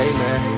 Amen